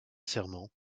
serment